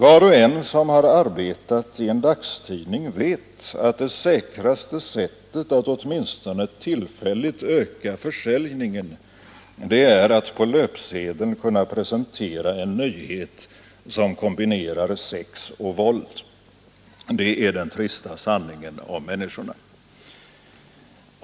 Var och en som arbetat i en dagstidning vet att det säkraste sättet att åtminstone tillfälligt öka försäljningen är att på löpsedeln kunna presentera en nyhet som kombinerar sex och våld. Det är den trista sanningen om människorna!